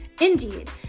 Indeed